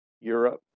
Europe